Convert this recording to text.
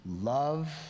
love